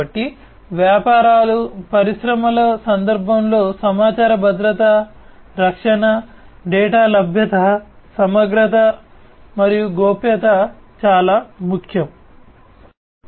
కాబట్టి వ్యాపారాలు మరియు పరిశ్రమల సందర్భంలో సమాచార భద్రత రక్షణ డేటా లభ్యత సమగ్రత మరియు గోప్యత చాలా ముఖ్యం